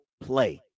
play